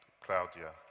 Claudia